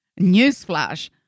newsflash